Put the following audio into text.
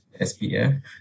SPF